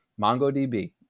MongoDB